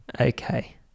okay